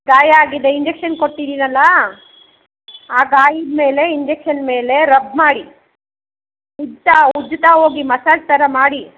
ಗಾಯ ಆಗಿದೆ ಇಂಜೆಕ್ಷನ್ ಕೊಟ್ಟಿದ್ದೀನಲ್ಲಾ ಆ ಗಾಯದ್ಮೇಲೆ ಇಂಜೆಕ್ಷನ್ ಮೇಲೆ ರಬ್ ಮಾಡಿ ಉಜ್ತಾ ಉಜ್ಜುತ್ತಾ ಹೋಗಿ ಮಸಾಜ್ ಥರ ಮಾಡಿ